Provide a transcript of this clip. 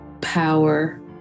power